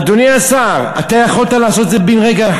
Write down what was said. אדוני השר, יכולת לעשות את זה בן-רגע.